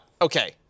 Okay